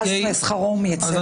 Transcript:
ואז מקבל את שכרו מאצלנו.